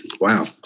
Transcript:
Wow